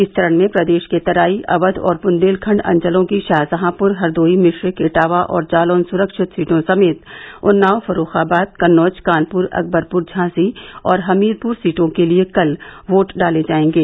इस चरण में प्रदेश के तराई अवध और बुन्देलखंड अंचलों की शाहजहांपुर हरदोई मिश्रिख इटावा और जालौन सुरक्षित सीटों समेत उन्नाव फर्रुखाबाद कन्नौज कानपुर अकबरपुर झांसी और हमीरपुर सीटों के लिये कल वोट डाले जायेंगे